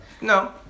No